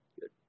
good